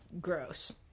gross